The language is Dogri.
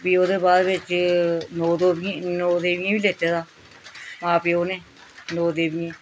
फ्ही ओह्दे बाद बिच्च नौ दोवियां नौ देवियां बी लेता दा मां प्यो न नौ देवियें